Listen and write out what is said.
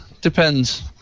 Depends